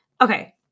Okay